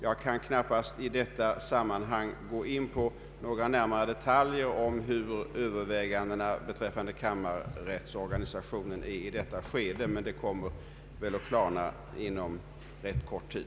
Jag kan knappast i detta skede gå in på några närmare detaljer om övervägandena beträffande kammarrättsorganisationen, men det kommer väl att klarna inom rätt kort tid.